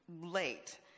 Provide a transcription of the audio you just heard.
late